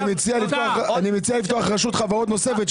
אני מציע לפתוח רשות חברות נוספת,